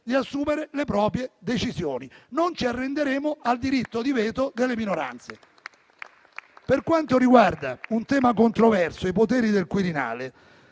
di assumere le proprie decisioni. Non ci arrenderemo al diritto di veto delle minoranze. Per quanto riguarda un tema controverso, i poteri del Quirinale,